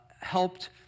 helped